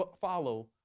follow